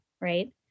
right